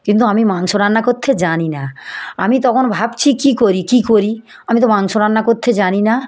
কিন্তু আমি মাংস রান্না করতে জানি না আমি তখন ভাবছি কী করি কী করি আমি তো মাংস রান্না করতে জানি না